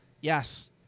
yes